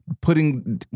putting